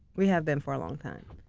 we have been for a long time.